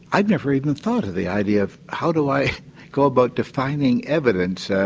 i've never even thought of the idea of how do i go about defining evidence.